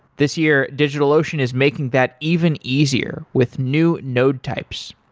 this year, digitalocean is making that even easier with new node types.